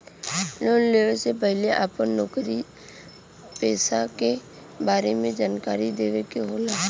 Loan लेवे से पहिले अपना नौकरी पेसा के बारे मे जानकारी देवे के होला?